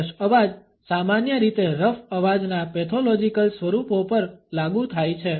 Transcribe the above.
કર્કશ અવાજ સામાન્ય રીતે રફ અવાજના પેથોલોજીકલ સ્વરૂપો પર લાગુ થાય છે